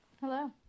Hello